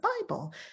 Bible